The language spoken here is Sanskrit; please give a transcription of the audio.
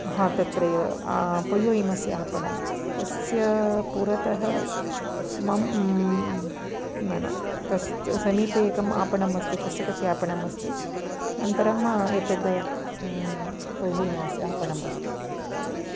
हा तत्रैव पयो हिमस्य आपणं तस्य पुरतः न न तस् तत् समीपे एकम् आपणमस्ति पुस्तकस्य आपणमस्ति अनन्तरम् एतत् पयो हिमस्य आपणमस्ति